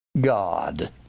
God